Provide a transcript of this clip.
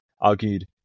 argued